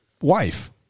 wife